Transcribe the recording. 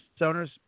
owners